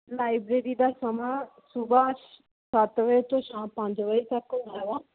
library ਦਾ ਸਮਾਂ ਸੁਬਹਾ ਸੱਤ ਵਜੇ ਤੋਂ ਸ਼ਾਮ ਪੰਜ ਵਜੇ ਤੱਕ ਹੈਗਾ ਆ